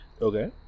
okay